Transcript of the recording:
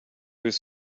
was